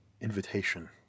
invitation